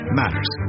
matters